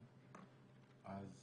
אני